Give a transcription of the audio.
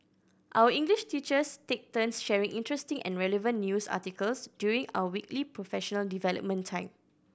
our English teachers take turns sharing interesting and relevant news articles during our weekly professional development time